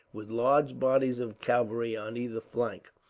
with large bodies of cavalry on either flank.